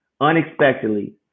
unexpectedly